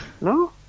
no